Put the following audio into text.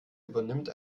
übernimmt